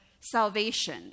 salvation